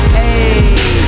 hey